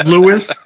Lewis